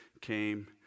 came